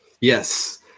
Yes